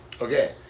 okay